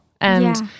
and-